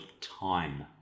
time